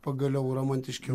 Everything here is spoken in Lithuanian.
pagaliau romantiškiau